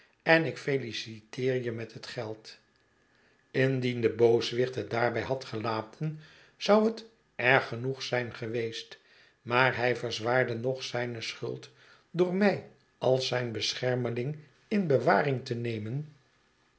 en ik feliciteer je met het geld indien de booswicht het daarbij had gelaten zou het erg genoeg zijn geweest maar hij verzwaarde nog zijne schuld door mij als zijn beschermelingjn bewaring te nemen